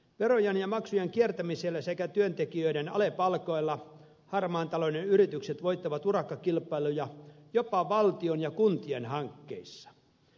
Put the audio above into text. verojen ja maksujen kiertämisellä sekä työntekijöiden alepalkoilla harmaan talouden yritykset voittavat urakkakilpailuja jopa valtion ja kuntien hankkeissa